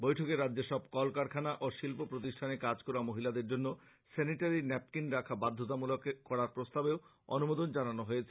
বৈঠকে রাজ্যের সব কল কারখানা ও শিল্প প্রতিষ্ঠানে কাজ করা মহিলাদের জন্য সেনিটারী নেপকিন রাখা বাধ্যতামূলক করার প্রস্তাবে অনুমোদন জানানো হয়েছে